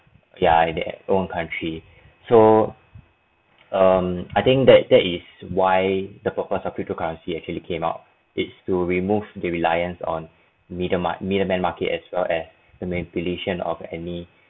ya their own country so um I think that that is why the purpose of cryptocurrency actually came out is to remove the reliance on middlema~ middleman market as well as the manipulation of any